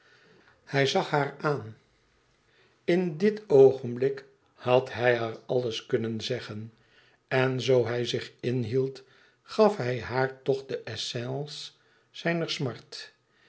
hij zag haar aan in dit oogenblik had hij haar alles kunnen zeggen en zoo hij zich inhield gaf hij haar toch de essence zijner smart